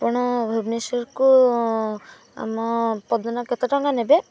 ଆପଣ ଭୁବନେଶ୍ୱରକୁ ଆମ କେତେ ଟଙ୍କା ନେବେ